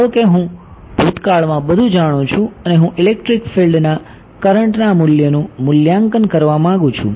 ધારો કે હું ભૂતકાળમાં બધું જાણું છું અને હું ઇલેક્ટ્રિક ફિલ્ડના કરંટના મૂલ્યનું મૂલ્યાંકન કરવા માંગુ છું